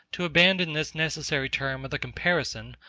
to abandon this necessary term of the comparison,